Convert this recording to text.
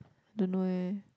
don't know eh